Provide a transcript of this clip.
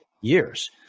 years